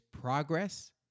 progress